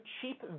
cheap